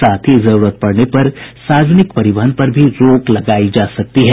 साथ ही साथ जरूरत पड़ने पर सार्वजनिक परिवहन पर भी रोक लगायी जा सकती है